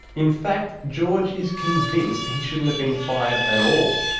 in fact, george is convinced he shouldn't have been fired at all.